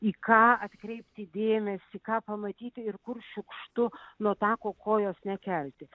į ką atkreipti dėmesį ką pamatyti ir kur šiukštu nuo tako kojos nekelti